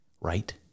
Right